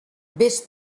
vés